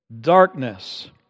darkness